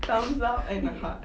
thumbs up and a heart